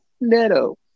Neto